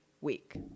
week